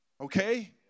Okay